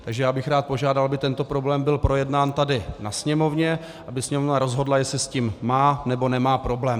Takže bych rád požádal, aby tento problém byl projednán tady na Sněmovně, aby Sněmovna rozhodla, jestli s tím má, nebo nemá problém.